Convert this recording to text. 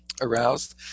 aroused